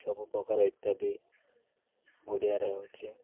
ସବୁ ପ୍ରକାର ଇତ୍ୟାଦି ଓଡ଼ିଆରେ ହେଉଛି